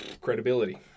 credibility